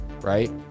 right